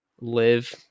live